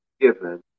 given